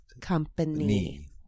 company